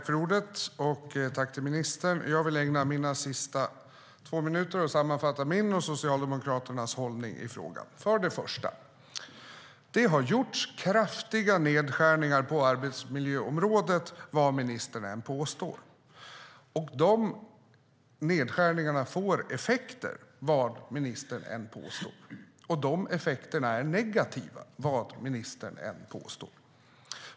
Fru talman! Tack, ministern! Jag vill ägna mina sista två minuter åt att sammanfatta min och Socialdemokraternas hållning i frågan. För det första: Det har gjorts kraftiga nedskärningar på arbetsmiljöområdet, vad ministern än påstår. De nedskärningarna får effekter, vad ministern än påstår, och de effekterna är negativa, vad ministern än påstår.